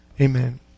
Amen